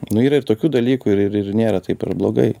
nu yra ir tokių dalykų ir ir ir nėra taip ir blogai